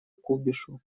кубишу